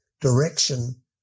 direction